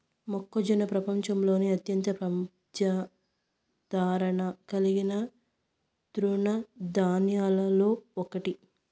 మొక్కజొన్న ప్రపంచంలోనే అత్యంత ప్రజాదారణ కలిగిన తృణ ధాన్యాలలో ఒకటి